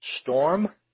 storm